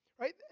Right